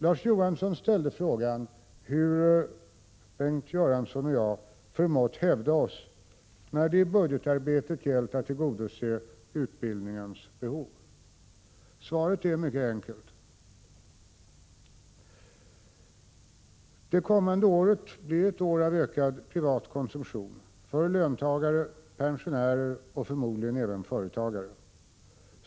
Larz Johansson ställde frågan hur Bengt Göransson och jag förmått hävda oss när det i budgetarbetet gällt att tillgodose utbildningens behov. Svaret är mycket enkelt. Det kommande året blir ett år av ökad privat konsumtion för löntagare, för pensionärer och förmodligen även för företagare.